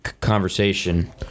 conversation